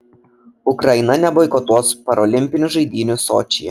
ukraina neboikotuos parolimpinių žaidynių sočyje